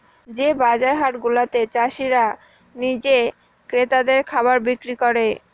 যে বাজার হাট গুলাতে চাষীরা নিজে ক্রেতাদের খাবার বিক্রি করে